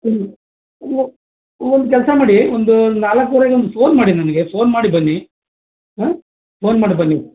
ಹ್ಞೂಂ ಅದು ಒಂದು ಕೆಲಸ ಮಾಡಿ ಒಂದು ನಾಲ್ಕೂವರೆಗೆ ಒಂದು ಫೋನ್ ಮಾಡಿ ನನಗೆ ಫೋನ್ ಮಾಡಿ ಬನ್ನಿ ಹ್ಞೂಂ ಫೋನ್ ಮಾಡಿ ಬನ್ನಿ